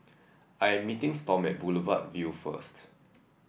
I am meeting Storm at Boulevard Vue first